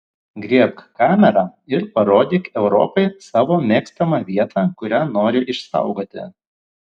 griebk kamerą ir parodyk europai savo mėgstamą vietą kurią nori išsaugoti